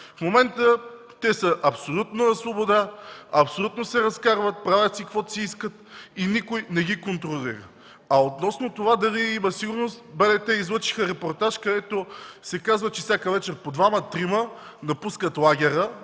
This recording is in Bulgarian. В момента те са абсолютно на свобода, абсолютно се разкарват, правят си каквото си искат и никой не ги контролира. А относно това дали има сигурност – медиите излъчиха репортаж, в който се казва, че всяка вечер по двама-трима напускат лагера